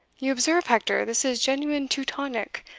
you observe, hector, this is genuine teutonic,